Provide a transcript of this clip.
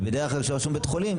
וכשרשום בית חולים